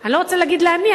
אני לא רוצה להגיד לעני,